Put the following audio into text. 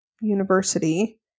university